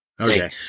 Okay